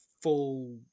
full